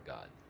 God